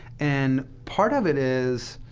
and part of it is,